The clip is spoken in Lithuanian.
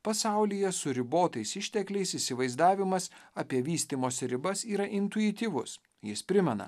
pasaulyje su ribotais ištekliais įsivaizdavimas apie vystymosi ribas yra intuityvus jis primena